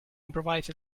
improvise